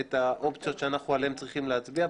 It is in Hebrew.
את האפשרויות שעליהן אנחנו צריכים להצביע,